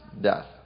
death